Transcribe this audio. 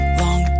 long